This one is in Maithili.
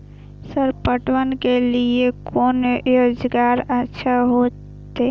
सर पटवन के लीऐ कोन औजार ज्यादा अच्छा होते?